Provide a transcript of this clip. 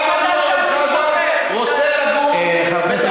גם אני, אורן חזן, רוצה לגור, חבר הכנסת